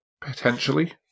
potentially